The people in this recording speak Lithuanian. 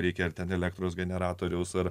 reikia ir ten elektros generatoriaus ar